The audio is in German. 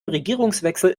regierungswechsel